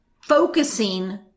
focusing